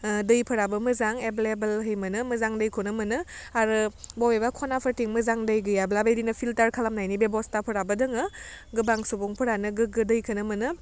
ओह दैफोराबो मोजां एभेललेबेलहै मोनो मोजां दैखौनो मोनो आरो बबेबा खनाफोरथिं मोजां दै गैयाब्ला बेबायदिनो फिल्टार खालामनायनि बेबस्थाफोराबो दोङो गोबां सुबुंफोरानो गोग्गो दैखौनो मोनो